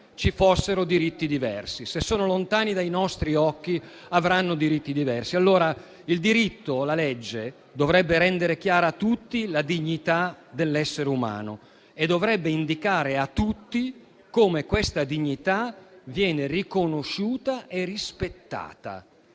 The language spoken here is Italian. ci fossero diritti diversi. Se sono lontani dai nostri occhi avranno diritti diversi. Il diritto, la legge dovrebbe rendere chiara a tutti la dignità dell'essere umano e dovrebbe indicare a tutti come questa dignità viene riconosciuta e rispettata.